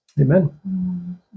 amen